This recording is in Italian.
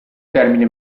termine